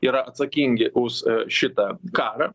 yra atsakingi už šitą karą